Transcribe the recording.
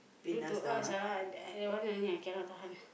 do to us ah that one only I cannot tahan